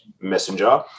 Messenger